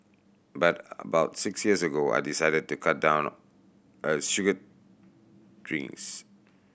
but about six years ago I decided to cut down a sugared drinks